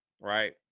right